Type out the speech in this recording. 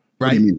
Right